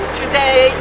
today